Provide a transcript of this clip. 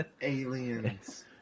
Aliens